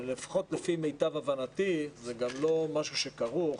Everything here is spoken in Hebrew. לפחות לפי מיטב הבנתי זה גם לא משהו שכרוך